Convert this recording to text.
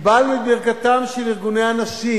קיבלנו את ברכתם של ארגוני הנשים,